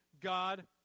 God